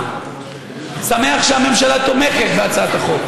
מכה קשה פשוט,